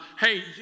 Hey